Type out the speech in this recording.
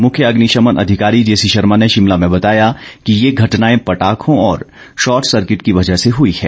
मुख्य अग्निशमन अधिकारी जेसी शर्मा ने ंशिमला में बताया कि ये घटनाएं पट्टाखों और शॉट सर्किट की वजह से हुई है